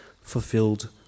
fulfilled